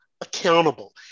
accountable